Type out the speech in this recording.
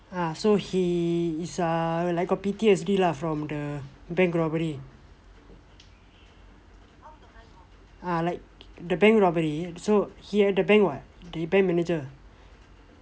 ah so he is a like got P_T_S_D lah from the bank robbery ah like the bank robbery so he at the bank what he bank manager